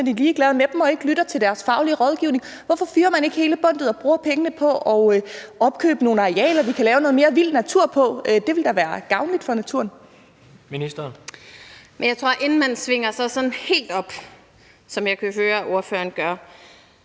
ligeglad med dem og ikke lytter til deres faglige rådgivning. Hvorfor fyrer man ikke hele bundtet og bruger pengene på at opkøbe nogle arealer, vi kan lave noget mere vild natur på? Det ville da være gavnligt for naturen. Kl. 15:56 Tredje næstformand (Jens Rohde): Ministeren.